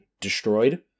destroyed